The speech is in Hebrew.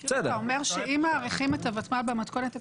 אתה אומר שאם מאריכים את הוותמ"ל במתכונת הקודמת,